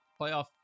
playoff